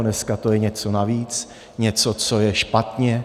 Dneska to je něco navíc, něco, co je špatně.